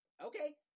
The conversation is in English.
Okay